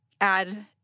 add